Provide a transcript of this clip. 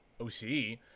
oce